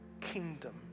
kingdom